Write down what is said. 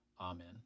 Amen